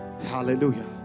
Hallelujah